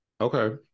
Okay